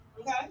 Okay